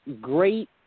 great